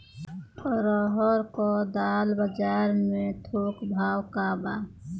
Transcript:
अरहर क दाल बजार में थोक भाव का बा?